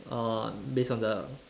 uh based on the